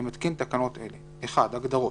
אני מתקין תקנות אלה: 1. הגדרות.